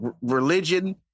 religion